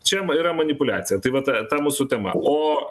čia yra manipuliacija tai vat ta mūsų tema o